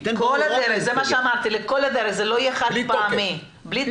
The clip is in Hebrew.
נכון, בלי תוקף.